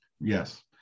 Yes